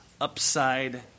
upside